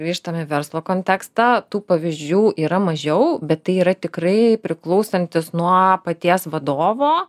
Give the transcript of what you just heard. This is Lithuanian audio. grįžtam į verslo kontekstą tų pavyzdžių yra mažiau bet tai yra tikrai priklausantis nuo paties vadovo